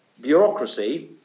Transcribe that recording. bureaucracy